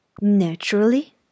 Naturally